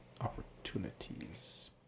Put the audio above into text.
opportunities